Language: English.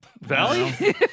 Valley